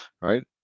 right